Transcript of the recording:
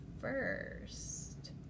first